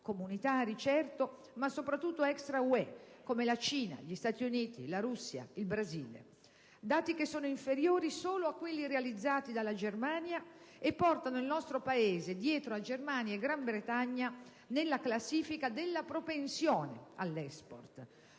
comunitari certo, ma soprattutto *extra* UE, come la Cina, gli Stati Uniti, la Russia e il Brasile. Sono dati inferiori solo a quelli realizzati dalla Germania e portano il nostro Paese dietro a Germania e Gran Bretagna nella classifica della propensione all'*export*.